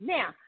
Now